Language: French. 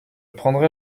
prendrai